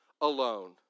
alone